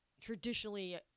traditionally